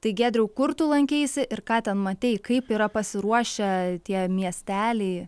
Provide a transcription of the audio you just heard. tai giedriau kur tu lankeisi ir ką ten matei kaip yra pasiruošę tie miesteliai